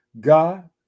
God